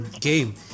game